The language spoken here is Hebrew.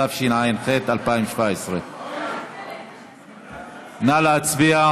התשע"ח 2017. נא להצביע,